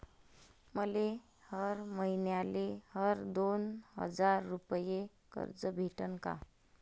मले हर मईन्याले हर दोन हजार रुपये कर्ज भेटन का?